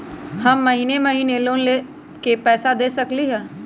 हम महिने महिने लोन के पैसा दे सकली ह?